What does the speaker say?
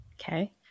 Okay